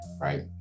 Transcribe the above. right